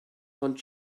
von